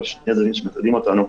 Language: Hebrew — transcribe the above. אבל שני הזנים שמטרידים אותנו.